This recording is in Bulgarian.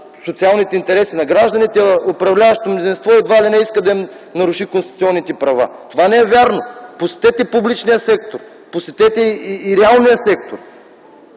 социалните интереси на гражданите, а управляващото мнозинство, едва ли не иска да им наруши конституционните права. Това не е вярно! Посетете публичния сектор, посетете и реалния сектор,